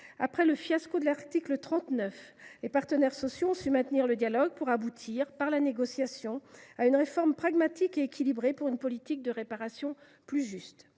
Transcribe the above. Après le fiasco de l’article 39, les partenaires sociaux ont su maintenir le dialogue pour aboutir, par la négociation, à une réforme pragmatique et équilibrée, pour une politique de réparation plus juste.